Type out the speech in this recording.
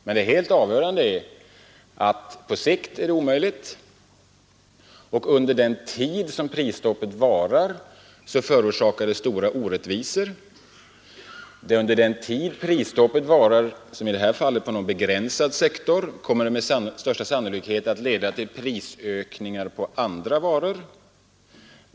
Men det helt avgörande är att detta på lång sikt är omöjligt, och under den tid som prisstoppet varar förorsakar det stora orättvisor. Under den tid prisstoppet varar, som i detta fall, på en mycket begränsad sektor kommer detta med största sannolikhet att leda till prisstegringar på andra varor.